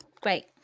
Great